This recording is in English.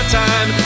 time